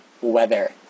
weather